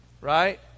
right